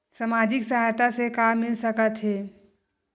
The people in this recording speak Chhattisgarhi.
सामाजिक सहायता से का मिल सकत हे?